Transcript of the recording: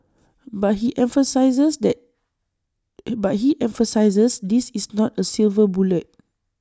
but he emphasises that but he emphasises this is not A silver bullet